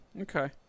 Okay